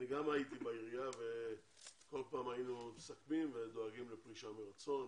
אני גם הייתי בעירייה וכל פעם היו מסכמים ודואגים לפרישה מרצון,